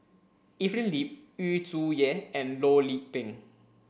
Evelyn Lip Yu Zhuye and Loh Lik Peng